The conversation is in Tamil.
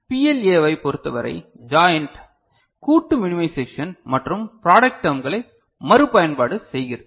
பிஎல்ஏவைப் பொறுத்தவரை ஜாயின்ட் கூட்டு மினிமைசெஷன் மற்றும் ப்ராடக்ட் டேர்ம்களை மறுபயன்பாடு செய்வது